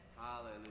Hallelujah